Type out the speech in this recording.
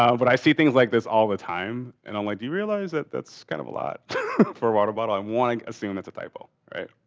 but i see things like this all the time and i'm like do you realize that that's kind of a lot for a water bottle? i want to assume that's a typo, right?